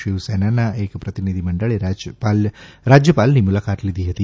શિવસેનાના એક પ્રતિનિધિમંડળે રાજયપાલની મુલાકાત લીધી હતી